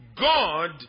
God